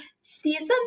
season